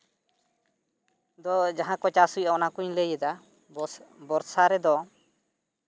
ᱫᱚ ᱡᱟᱦᱟᱸ ᱠᱚ ᱪᱟᱥ ᱦᱩᱭᱩᱜᱼᱟ ᱚᱱᱟᱠᱩᱧ ᱞᱟᱹᱭᱮᱫᱟ ᱵᱚᱥ ᱵᱚᱨᱥᱟ ᱨᱮᱫᱚ